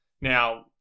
Now